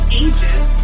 ages